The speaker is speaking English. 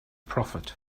prophet